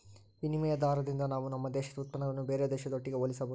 ವಿನಿಮಯ ದಾರದಿಂದ ನಾವು ನಮ್ಮ ದೇಶದ ಉತ್ಪನ್ನಗುಳ್ನ ಬೇರೆ ದೇಶದೊಟ್ಟಿಗೆ ಹೋಲಿಸಬಹುದು